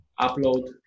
upload